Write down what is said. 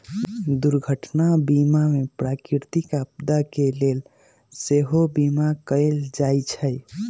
दुर्घटना बीमा में प्राकृतिक आपदा के लेल सेहो बिमा कएल जाइ छइ